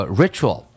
ritual